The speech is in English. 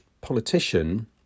politician